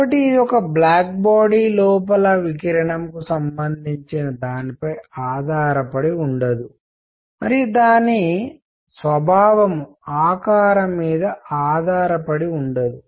కాబట్టి ఇది ఒక బ్లాక్ బాడీ లోపలి వికిరణంకు సంబంధించిన దానిపై ఆధారపడి ఉండదు మరియు దాని స్వభావం ఆకారం మీద ఆధారపడి ఉండదు